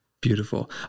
Beautiful